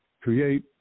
create